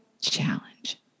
challenge